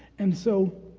and so,